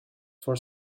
for